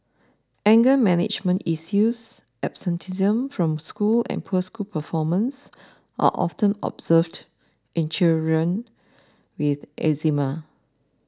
anger management issues absenteeism from school and poor school performance are often observed in children with Eczema